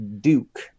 duke